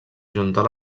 ajuntar